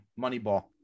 Moneyball